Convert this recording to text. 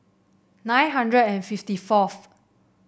nine hundred and fifty fourth